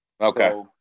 Okay